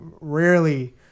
rarely